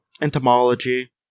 entomology